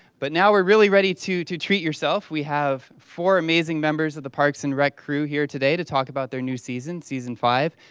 but now we're really ready to to treat yourself. we have four amazing members of the parks and rec crew here today to talk about their new season, season five,